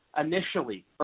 initially